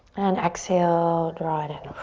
and exhale, draw it in.